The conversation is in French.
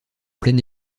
pleine